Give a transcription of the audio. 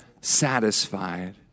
satisfied